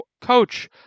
coach